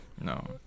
No